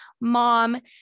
mom